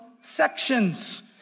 sections